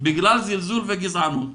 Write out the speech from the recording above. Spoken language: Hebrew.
בגלל זלזול וגזענות.